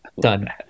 Done